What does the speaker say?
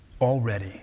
already